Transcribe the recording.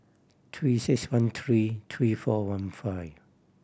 Three Six One three three four one five